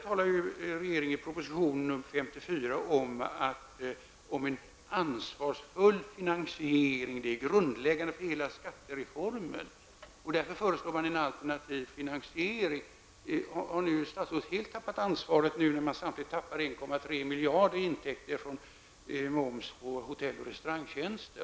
I proposition nr 54 talar regeringen om att en ansvarsfull finansiering är grundläggande för hela skattereformen. Därför föreslår man en alternativ finansiering. Har statsrådet nu helt tappat ansvaret samtidigt som man tappar 1,3 miljarder i intäkter från moms på hotell och restaurangtjänster?